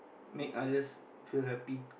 make others feel happy